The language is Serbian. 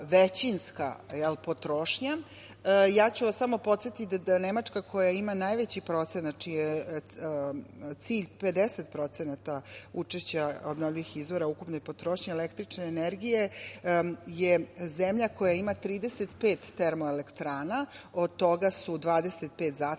većinska potrošnja. Ja ću vas samo podsetiti da Nemačka koja ima najveći procenat, cilj 50% učešća obnovljivih izvora ukupne potrošnje električne energije, je zemlja koja ima 35 termoelektrana, od toga su 25 zatvorenih,